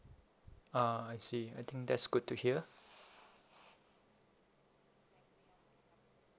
ah I see I think that is good to hear